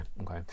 Okay